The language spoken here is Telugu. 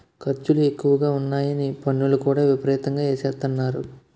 ఖర్చులు ఎక్కువగా ఉన్నాయని పన్నులు కూడా విపరీతంగా ఎసేత్తన్నారు